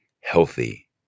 healthy